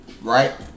right